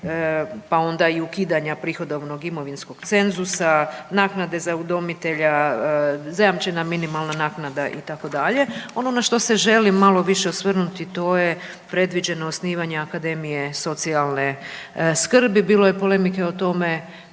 pa onda i ukidanja prihodovnog imovinskog cenzusa, naknade za udomitelja, zajamčena minimalna naknada itd.. Ono na što se želim malo više osvrnuti to je predviđeno osnivanje Akademije socijalne skrbi. Bilo je polemike o tome,